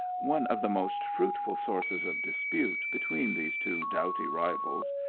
one of the most fruitful sources of dispute between these two doughty rivals,